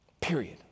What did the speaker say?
Period